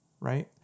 right